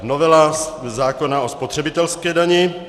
Novela zákona o spotřebitelské dani.